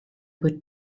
were